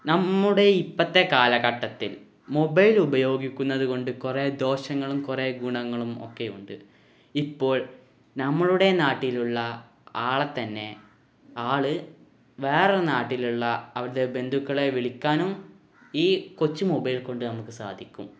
നമ്മുടെ ഇപ്പോഴത്തെ കാലഘട്ടത്തിൽ മൊബൈലുപയോഗിക്കുന്നത് കൊണ്ട് കുറേ ദോഷങ്ങളും കുറേ ഗുണങ്ങളും ഒക്കെയുണ്ട് ഇപ്പോൾ നമ്മളുടെ നാട്ടിലുള്ള ആളെ തന്നെ ആൾ വേറെ നാട്ടിലുള്ള അവരുടെ ബന്ധുക്കളെ വിളിക്കാനും ഈ കൊച്ചു മൊബൈൽ കൊണ്ട് നമുക്ക് സാധിക്കും